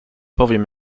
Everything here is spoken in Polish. powiem